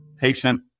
patient